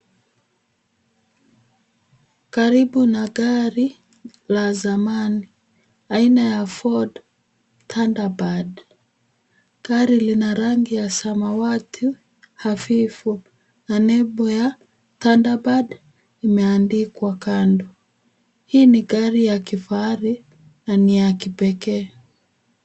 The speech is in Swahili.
Karibu na gari la zamani, aina ya Ford Thunderbird. Gari lina rangi ya samawati hafifu, na nembo Thunderbird, imeandikwa kando. Hii ni gari ya kifahari na ni ya kipekee.